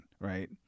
right